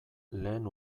lehen